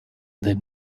then